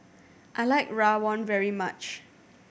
I like rawon very much